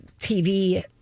TV